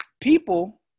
people